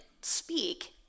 speak